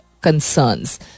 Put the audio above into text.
concerns